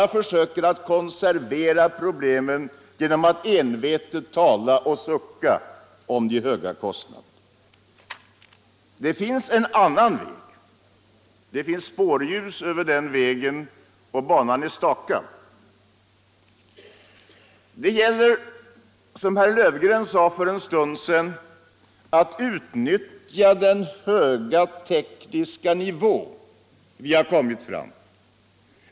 De försöker bara konservera problemen genom att envetet återkomma till de höga kostnaderna och sucka över dem. Men det finns en annan väg att gå. Det finns spårljus över den vägen, och banan är stakad. Det gäller — som herr Löfgren sade för en stund sedan — att utnyttja den höga tekniska nivå vi har kommit fram till.